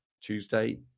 Tuesday